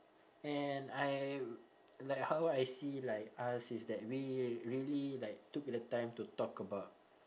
and I like how I see like us is that we really like took the time to talk about